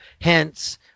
Hence